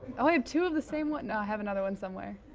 ah i have two of the same ones. no, i have another one somewhere.